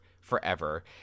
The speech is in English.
forever